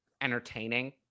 entertaining